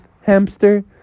hamster